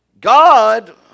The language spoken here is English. God